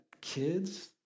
kids